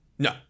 No